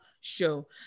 show